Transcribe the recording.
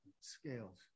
Scales